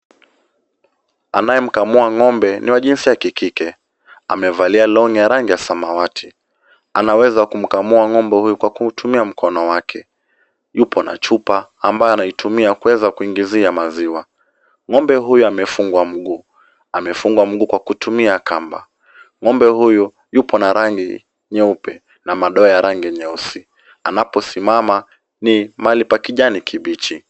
Anayemkamua ng'ombe ni wa jinsi ya kike amevalia long'i ya rangi ya samawati. Anaweza kukamua ng'ombe huyo kutumia mkono wake. Yupo na chupa ambayo anaitumia kuweza kuingizia maziwa.Ng'ombe huyu amefungwa mguu, amefungwa mguu kwa kutumia kamba.Ng'ombe huyu yupo na rangi nyeupe na madoa ya rangi nyeusi. Anaposimama ni mahali pa kijani kibichi.